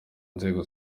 nzego